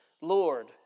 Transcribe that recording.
Lord